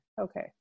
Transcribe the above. okay